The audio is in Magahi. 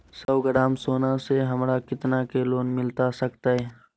सौ ग्राम सोना से हमरा कितना के लोन मिलता सकतैय?